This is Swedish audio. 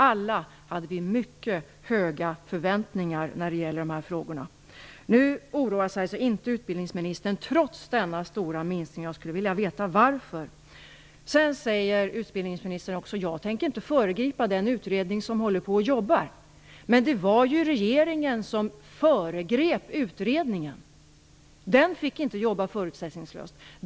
Alla hade vi mycket höga förväntningar när det gällde de här frågorna. Nu oroar sig alltså inte utbildningsministern trots denna stora minskning. Jag skulle vilja veta varför. Sedan säger utbildningsministern också: Jag tänker inte föregripa den utredning som jobbar. Men det var ju regeringen som föregrep utredningen. Den fick inte jobba förutsättningslöst.